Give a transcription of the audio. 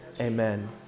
amen